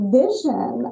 vision